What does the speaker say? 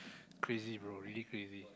crazy bro really crazy